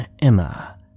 Emma